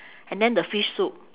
and then the fish soup